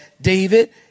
David